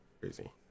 Crazy